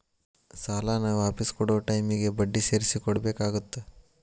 ಸಾಲಾನ ವಾಪಿಸ್ ಕೊಡೊ ಟೈಮಿಗಿ ಬಡ್ಡಿ ಸೇರ್ಸಿ ಕೊಡಬೇಕಾಗತ್ತಾ